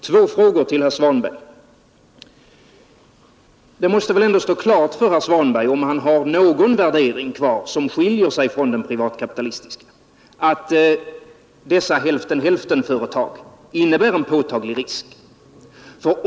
Två frågor till herr Svanberg: Det måste väl ändå stå klart för herr Svanberg — om han har någon värdering kvar som skiljer sig från den privatkapitalistiska — att dessa hälften-hälftenföretag innebär en påtaglig risk.